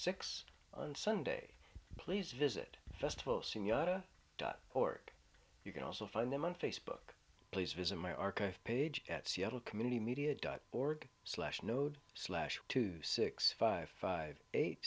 six on sunday please visit festival senora dot org you can also find them on facebook please visit my archive page at seattle community media dot org slash node slash two six five five eight